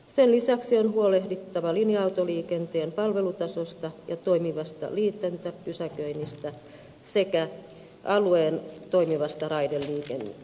sen lisäksi on huolehdittava linja autoliikenteen palvelutasosta ja toimivasta liitäntäpysäköinnistä sekä alueen toimivasta raideliikenteestä